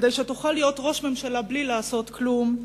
כדי שתוכל להיות ראש ממשלה בלי לעשות כלום,